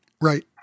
Right